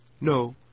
No